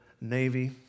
Navy